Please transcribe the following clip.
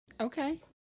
Okay